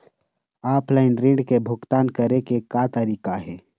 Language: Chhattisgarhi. ऑफलाइन ऋण के भुगतान करे के का तरीका हे?